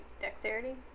Dexterity